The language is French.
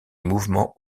mouvement